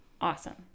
awesome